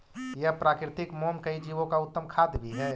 यह प्राकृतिक मोम कई जीवो का उत्तम खाद्य भी हई